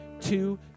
two